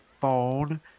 phone